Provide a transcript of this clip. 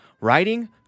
writing